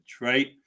right